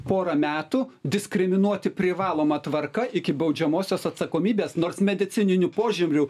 porą metų diskriminuoti privaloma tvarka iki baudžiamosios atsakomybės nors medicininiu požiūriu